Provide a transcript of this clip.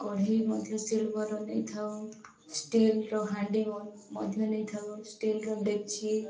କଢ଼େଇ ମଧ୍ୟ ସିଲଭର୍ ନେଇଥାଉ ଷ୍ଟିଲ୍ର ହାଣ୍ଡି ମଧ୍ୟ ନେଇଥାଉ ଷ୍ଟିଲ୍ର ଡେକ୍ଚି